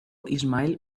ismael